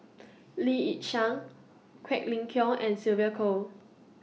Lee Yi Shyan Quek Ling Kiong and Sylvia Kho